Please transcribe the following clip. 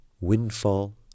windfall